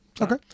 Okay